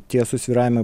tie susvyravimai